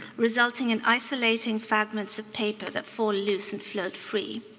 resulting in isolating fragments of paper that fall loose and float free.